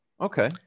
Okay